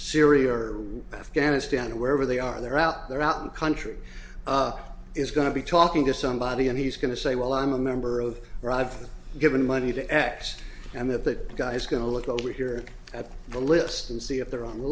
syria or afghanistan or wherever they are they're out there out in the country is going to be talking to somebody and he's going to say well i'm a member of or i've given money to x and that that guy's going to look over here at the list and see if they're on the